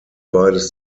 beides